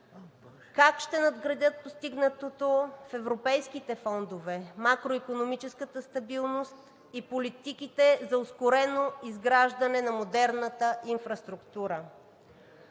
как ще надградят постигнатото в европейските фондове, макроикономическата стабилност и политиките за ускорено изграждане на модерната инфраструктура.